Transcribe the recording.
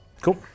Cool